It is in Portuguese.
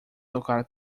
tocar